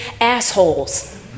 assholes